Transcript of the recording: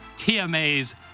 TMA's